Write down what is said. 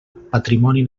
patrimoni